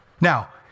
Now